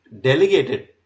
delegated